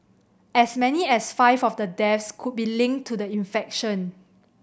as many as five of the deaths could be linked to the infection